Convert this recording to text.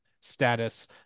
status